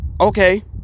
okay